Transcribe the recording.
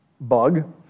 bug